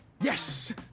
Yes